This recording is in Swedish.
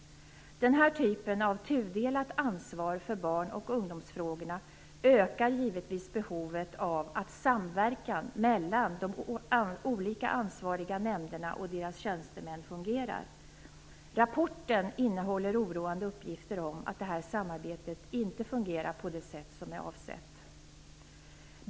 Den här typen av tudelat ansvar för barn och ungdomsfrågorna ökar givetvis behovet av att samverkan mellan de olika ansvariga nämnderna och deras tjänstemän fungerar. Rapporten innehåller oroande uppgifter om att det här samarbetet inte fungerar på det sätt som är avsett.